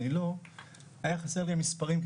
היה חסר לי המספרים,